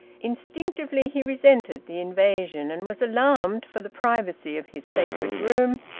instinctively he resented the invasion, and was alarmed for the privacy of his sacred room,